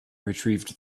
retrieved